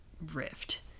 rift